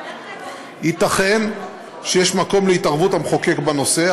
ייתכן שיש מקום להתערבות המחוקק בנושא,